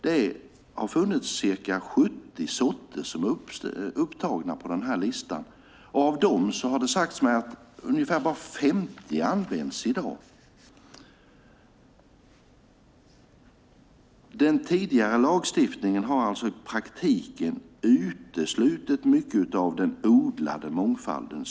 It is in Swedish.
Det har funnits ca 70 sorter på den listan. Man har sagt mig att av dem används ungefär var femte i dag. Den tidigare lagstiftningen har i praktiken uteslutit mycket av den odlade mångfalden.